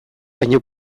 baina